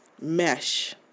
mesh